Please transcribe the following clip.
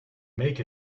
make